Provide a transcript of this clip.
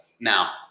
Now